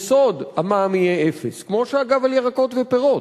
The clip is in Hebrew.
יסוד, המע"מ יהיה אפס, כמו שאגב על ירקות ופירות.